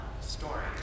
story